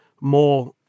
more